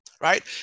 right